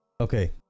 Okay